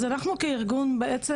אז מי אנחנו כארגון בעצם?